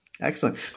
Excellent